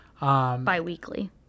Bi-weekly